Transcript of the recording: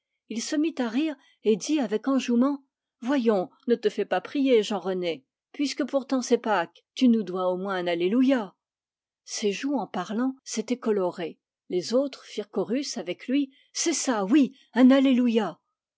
il se mit à rire et dit avec enjouement voyons ne te fais pas prier jean rené puisque pourtant c'est pâques tu nous dois au moins un alleluia ses joues en parlant s'étaient colorées les autres firent chorus avec lui c'est ça oui un alleluia